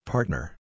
Partner